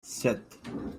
sept